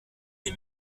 des